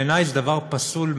בעיני זה דבר פסול מאוד,